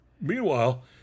Meanwhile